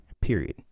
period